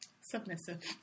Submissive